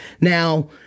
Now